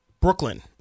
Brooklyn